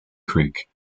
creek